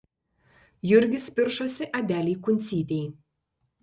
jurgis piršosi adelei kuncytei